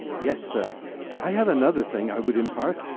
yes, sir i have another thing i would impart